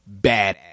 badass